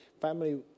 family